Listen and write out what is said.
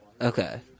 okay